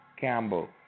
Campbell